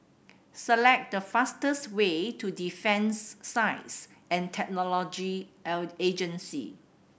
select the fastest way to Defence Science and Technology Agency